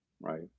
right